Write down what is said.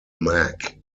mack